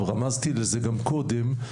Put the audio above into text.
ורמזתי לזה גם קודם,